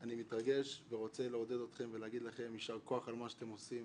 אני מתרגש ורוצה לעודד אתכם ולהגיד לכם יישר כוח על מה שאתם עושים,